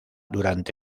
durante